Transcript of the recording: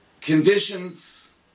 conditions